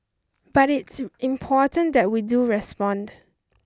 but it's important that we do respond